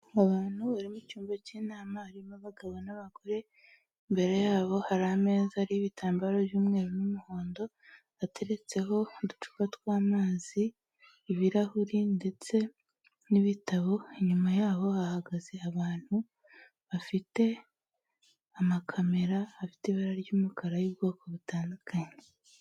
Abantu bari mucyumba cy'inama, harimo abagabo n'abagore, imbere yabo hari ameza ariho ibitambaro by'umweru n'umuhondo, ateretseho uducupa twaamazi, ibirahuri ndetse n'ibitabo, inyuma yaho hahagaze abantu bafite amakamera afite ibara ry'umukara, y'ubwoko butandukanye.